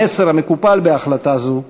המסר המקופל בהחלטה זו,